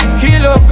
kilo